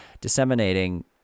Disseminating